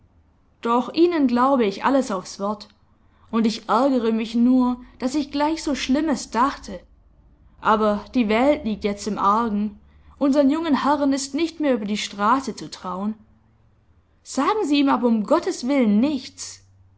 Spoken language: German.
doch ihnen glaube ich alles aufs wort und ich ärgere mich nur daß ich gleich so schlimmes dachte aber die welt liegt jetzt im argen unsern jungen herren ist nicht mehr über die straße zu trauen sagen sie ihm aber um gottes willen nichts